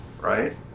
right